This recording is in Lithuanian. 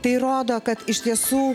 tai rodo kad iš tiesų